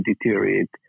deteriorate